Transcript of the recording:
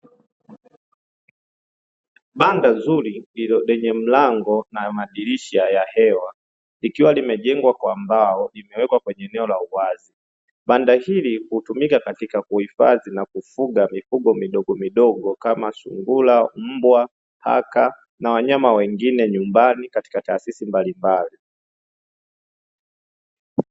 Banda zuri lenye mlango na madirisha ya hewa likiwa limejengwa kwa mbao limewekwa kwenye eneo la uwazi. Banda hili hutumika katika kuhifadhi na kufuga mifugo midogomidogo kama; sungura, mbwa, paka na wanyama wengine nyumbani katika taasisi mbalimbali.